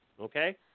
Okay